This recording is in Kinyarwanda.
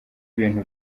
ibintu